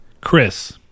Chris